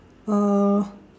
uh